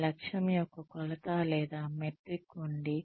ఆ లక్ష్యం యొక్క కొలత లేదా మెట్రిక్ ఉంది